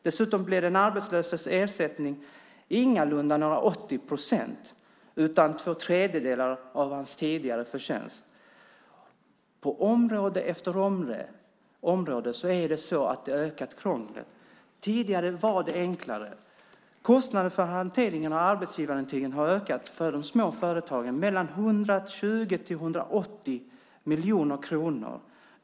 Dessutom blir den arbetslöses ersättning ingalunda några 80 procent utan två tredjedelar av hans tidigare förtjänst. På område efter område har krånglet ökat. Tidigare var det enklare. Kostnaden för hanteringen av arbetsgivarintygen har för de små företagen ökat med mellan 120 och 180 miljoner kronor.